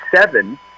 seven